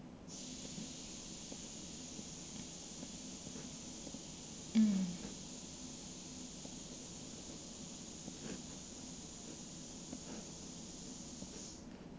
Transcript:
mm